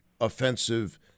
offensive